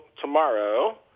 tomorrow